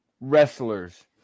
wrestlers